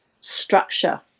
structure